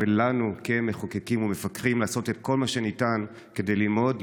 ולנו כמחוקקים ומפקחים לעשות את כל מה שניתן כדי ללמוד,